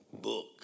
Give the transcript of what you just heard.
book